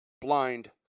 blind